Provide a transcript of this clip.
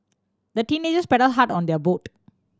the teenagers paddled hard on their boat